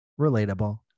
Relatable